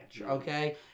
okay